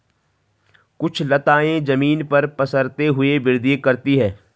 कुछ लताएं जमीन पर पसरते हुए वृद्धि करती हैं